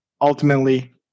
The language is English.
ultimately